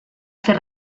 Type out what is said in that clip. fer